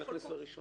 נכניס את זה ונדון